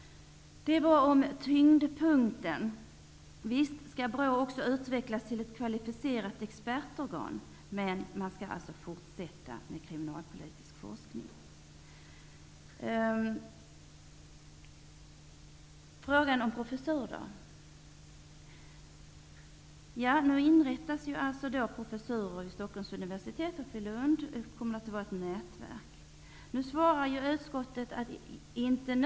Detta är vad som gäller beträffande tyngdpunkten. Visst skall BRÅ utvecklas till ett kvalificerat expertorgan. Men man skall fortsätta med kriminalpolitisk forskning. Så till frågan om professuren. Nu inrättas professurer vid Stockholms universitet och vid Lunds universitet. Det kommer att finnas ett nätverk.